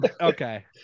Okay